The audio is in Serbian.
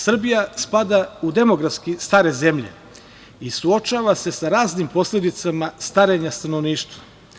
Srbija spada u demografski stare zemlje i suočava se sa raznim posledicama starenja stanovništva.